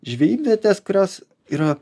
žvejybvietes kurios yra